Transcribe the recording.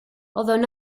although